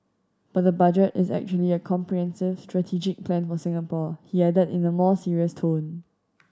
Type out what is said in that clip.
but the Budget is actually a comprehensive strategic plan for Singapore he added in a more serious tone